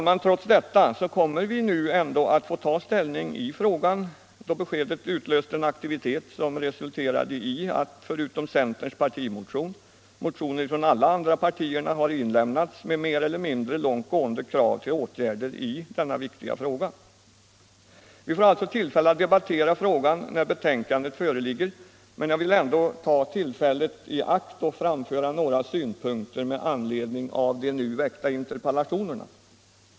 Men trots detta kommer vi nu ändå att få ta ställning i frågan, eftersom detta besked utlöst en aktivitet som resulterat i att förutom centerns partimotion samtliga partier har inlämnat motioner med mer eller mindre långt gående krav till åtgärder i denna viktiga fråga. Vi får alltså tillfälle att debattera alkoholpolitiken när utskottets betänkande föreligger, men jag vill nu ändå ta detta tillfälle i akt och framföra några synpunkter med anledning av de framställda interpellationerna.